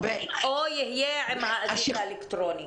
או שהוא יהיה עם האזיק האלקטרוני?